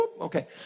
Okay